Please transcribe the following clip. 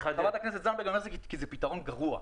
חברת הכנסת זנדברג, זה פתרון גרוע.